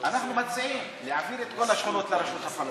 אנחנו מציעים להעביר את כל, לרשות הפלסטינית,